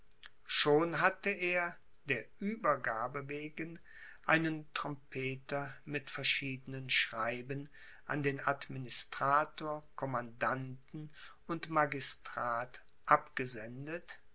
schon hatte er der uebergabe wegen einen trompeter mit verschiedenen schreiben an den administrator commandanten und magistrat abgesendet